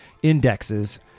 indexes